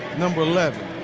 number eleven,